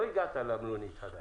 לא הגעת למלונית עדין.